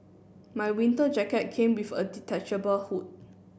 my winter jacket came with a detachable hood